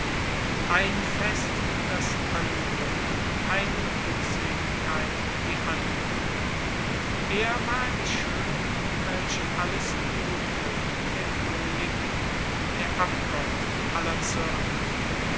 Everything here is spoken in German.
ein fest das andre eine glückseligkeit die andre er war die schöne um welche alles buhlte der könig und der abgott aller zirkel